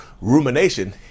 rumination